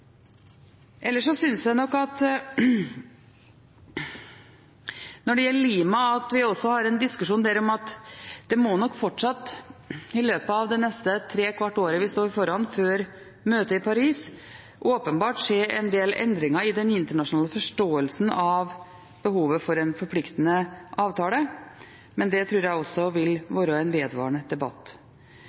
også må ha en diskusjon om at det fortsatt i løpet av det neste trekvart året vi står foran før møtet i Paris, åpenbart må skje en del endringer i den internasjonale forståelsen av behovet for en forpliktende avtale. Men det tror jeg også vil være en vedvarende debatt.